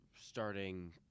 starting